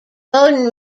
bowden